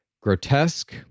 Grotesque